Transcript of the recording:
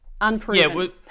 Unproven